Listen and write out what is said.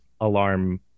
alarm